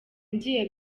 ngiye